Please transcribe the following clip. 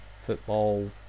football